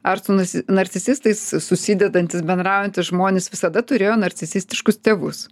ar su nus narcisistais susidedantys bendraujantys žmonės visada turėjo narcisistiškus tėvus